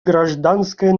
гражданское